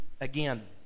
again